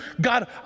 God